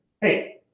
hey